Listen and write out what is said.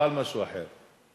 לא על משהו אחר.